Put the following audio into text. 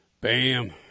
Bam